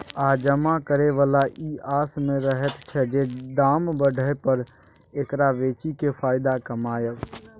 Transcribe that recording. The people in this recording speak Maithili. आ जमा करे बला ई आस में रहैत छै जे दाम बढ़य पर एकरा बेचि केँ फायदा कमाएब